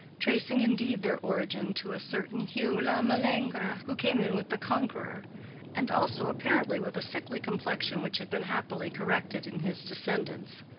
tracing indeed their origin to a certain hugues le malingre, who came in with the conqueror and also apparently with a sickly complexion which had been happily corrected in his descendants.